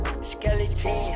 Skeleton